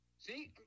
See